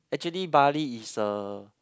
actually Bali is a